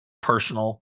personal